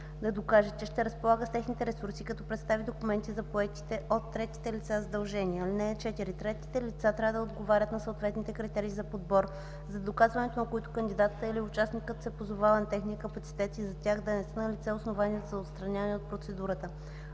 да докаже, че ще разполага с техните ресурси, като представи документи за поетите от третите лица задължения. (4) Третите лица трябва да отговарят на съответните критерии за подбор, за доказването на които кандидатът или участникът се позовава на техния капацитет и за тях да не са налице основанията за отстраняване от процедурата.